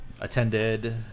attended